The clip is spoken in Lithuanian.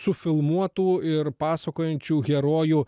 sufilmuotų ir pasakojančių herojų